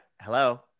hello